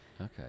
Okay